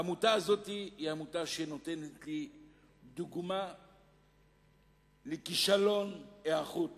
העמותה הזאת היא עמותה שנותנת לי דוגמה לכישלון היערכות